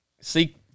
seek